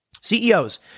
CEOs